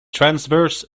transverse